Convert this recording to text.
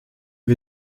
wir